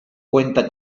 cuenta